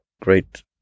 great